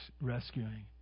rescuing